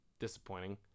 disappointing